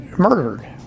murdered